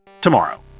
tomorrow